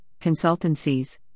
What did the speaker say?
consultancies